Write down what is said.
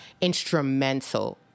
instrumental